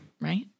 Right